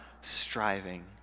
striving